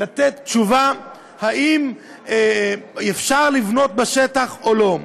לתת תשובה אם אפשר לבנות בשטח או לא.